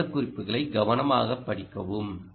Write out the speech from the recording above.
இந்த விவரக்குறிப்புகளை கவனமாக படிக்கவும்